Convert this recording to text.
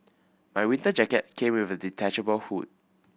my winter jacket came with a detachable hood